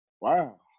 wow